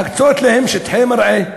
להקצות להם שטחי מרעה,